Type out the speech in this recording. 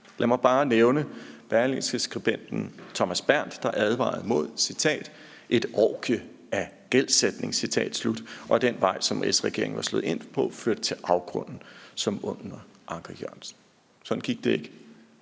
Lad mig bare nævne Berlingskeskribenten Thomas Bernt Henriksen, der advarede mod »et orgie af gældsætning« og sagde, at den vej, som S-regeringen var slået ind på, førte til afgrunden som under Anker Jørgensen. Sådan gik det ikke.